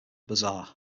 bazar